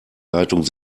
leitung